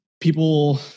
People